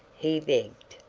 he begged,